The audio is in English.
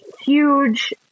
huge